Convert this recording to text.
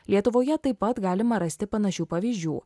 lietuvoje taip pat galima rasti panašių pavyzdžių